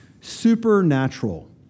supernatural